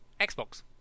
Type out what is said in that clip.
Xbox